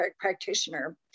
practitioner